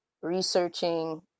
researching